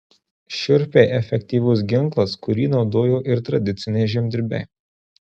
šiurpiai efektyvus ginklas kurį naudojo ir tradiciniai žemdirbiai